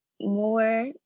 more